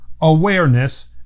awareness